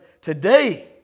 today